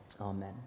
Amen